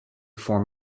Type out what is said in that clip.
form